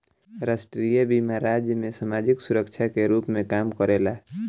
राष्ट्रीय बीमा राज्य में सामाजिक सुरक्षा के रूप में काम करेला